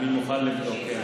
אני מוכן לבדוק.